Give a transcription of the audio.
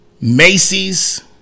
Macy's